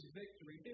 victory